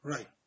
Right